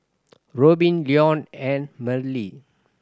Robbin Leone and Marley